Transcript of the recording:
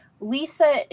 Lisa